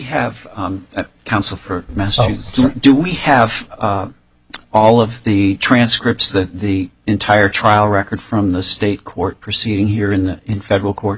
for do we have all of the transcripts that the entire trial record from the state court proceeding here in in federal court